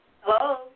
Hello